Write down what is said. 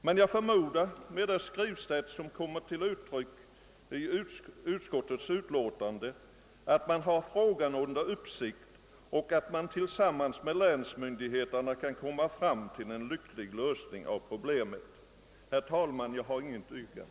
Med utgångspunkt från utskottets skrivsätt förmodar jag emellertid att man har frågan under uppsikt och att man tillsammans med länsmyndigheterna kan nå fram till en lycklig lösning av problemet. Herr talman! Jag har inget yrkande.